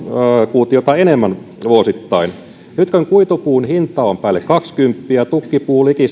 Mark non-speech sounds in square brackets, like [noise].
kuutiota enemmän vuosittain nyt kun kuitupuun hinta on päälle kaksikymmentä ja tukkipuun liki [unintelligible]